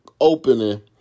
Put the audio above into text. opening